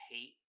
hate